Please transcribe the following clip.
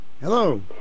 Hello